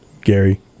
Gary